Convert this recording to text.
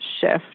shift